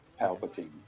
Palpatine